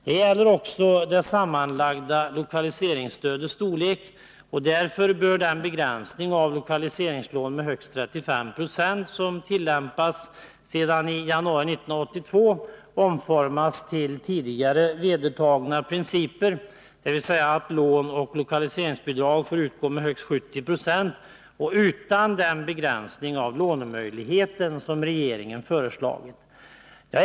Detta gäller också det sammanlagda lokaliseringsstödets storlek, och därför bör den begränsning av lokaliseringslån med högst 35 Z som tillämpats sedan den 1 januari 1982 omformas till tidigare vedertagna principer, dvs. att lån och lokaliseringsbidrag får utgå med högst 70 90 och utan den begränsning av lånemöjligheten som regeringen föreslagit.